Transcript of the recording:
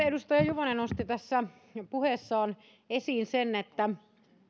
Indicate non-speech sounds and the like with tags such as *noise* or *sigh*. *unintelligible* edustaja juvonen tässä jo nosti puheessaan esiin sen